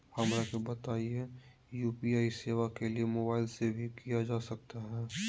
हमरा के बताइए यू.पी.आई सेवा के लिए मोबाइल से भी किया जा सकता है?